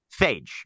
phage